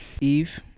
eve